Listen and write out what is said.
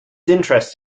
interest